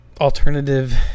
alternative